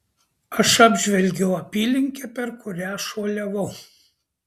aš apžvelgiau apylinkę per kurią šuoliavau